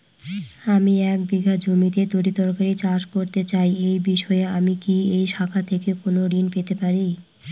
আমি এক বিঘা জমিতে তরিতরকারি চাষ করতে চাই এই বিষয়ে আমি কি এই শাখা থেকে কোন ঋণ পেতে পারি?